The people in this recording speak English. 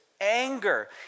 Anger